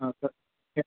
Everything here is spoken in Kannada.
ಹಾಂ ಸರ್